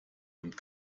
und